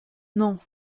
non